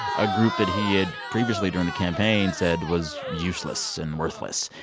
a group that he had, previously, during the campaign, said was useless and worthless.